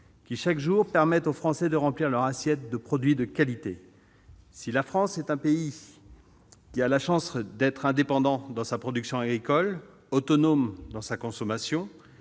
qui, chaque jour, permettent aux Français de remplir leurs assiettes de produits de qualité. Si la France est un pays qui a la chance d'être indépendant dans sa production agricole, autonome dans sa consommation